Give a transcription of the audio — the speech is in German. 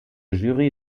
jury